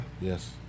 yes